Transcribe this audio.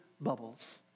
bubbles